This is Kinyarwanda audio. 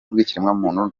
bw’ikiremwamuntu